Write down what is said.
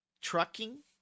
Trucking